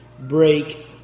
break